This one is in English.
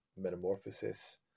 metamorphosis